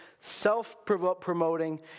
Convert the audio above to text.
self-promoting